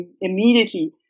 immediately